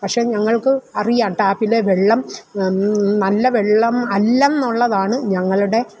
പക്ഷേ ഞങ്ങൾക്ക് അറിയാം ട്ടാപ്പിലെ വെള്ളം നല്ല വെള്ളം അല്ല എന്നുള്ളതാണ് ഞങ്ങളുടെ